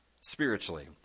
spiritually